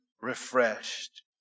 refreshed